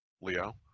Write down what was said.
Leo